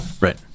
Right